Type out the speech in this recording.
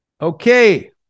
Okay